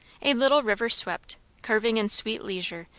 a little river swept, curving in sweet leisure,